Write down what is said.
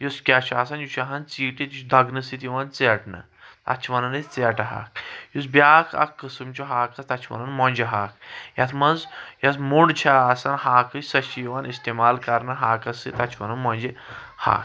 یس کیاہ چھ آسان یہِ چھ آسان ژیٖٹِتھ یہِ چھِ دگنہٕ سۭتۍ یِوان ژیٹنہٕ اتھ چھِ ونان أسی ژیٹہٕ ہاکھ یس بیاکھ اکھ قسم چھ ہاکس تتھ چھِ ونان مۆنجہِ ہاکھ یَتھ منٛز یۄس مۆنڈ چھے آسان ہاکچ سۄ چھے یوان استعمال کرنہٕ ہاکس سۭتۍ تتھ چھ ونان مۆنجہِ ہاکھ